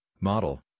model